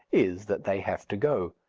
is that they have to go.